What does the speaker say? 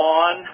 on